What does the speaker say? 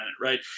right